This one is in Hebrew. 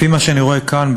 לפי מה שאני רואה כאן,